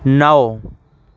نو